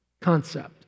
concept